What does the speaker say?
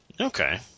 Okay